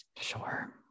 Sure